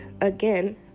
again